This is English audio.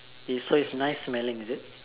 is so is nice smelling is it